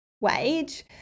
wage